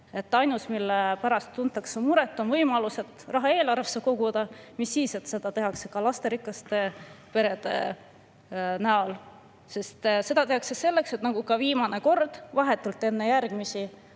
Ainus, mille pärast tuntakse muret, on võimalus raha eelarvesse koguda, mis siis, et seda tehakse ka lasterikaste perede arvel. Seda tehakse selleks, nagu ka viimane kord, et vahetult enne järgmisi